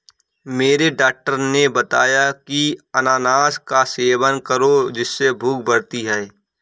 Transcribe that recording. मेरे डॉक्टर ने बताया की अनानास का सेवन करो जिससे भूख बढ़ती है